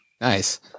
Nice